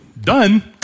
done